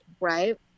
right